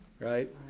right